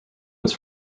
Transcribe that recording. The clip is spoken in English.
was